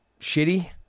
shitty